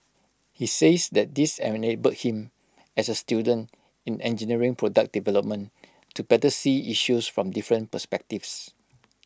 he says that this enabled him as A student in engineering product development to better see issues from different perspectives